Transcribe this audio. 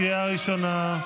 קריאה ראשונה.